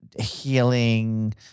healing